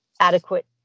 adequate